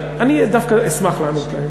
אני דווקא אשמח לענות להם.